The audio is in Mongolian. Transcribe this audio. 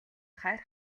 хайр